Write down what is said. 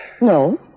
No